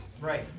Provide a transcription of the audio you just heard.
Right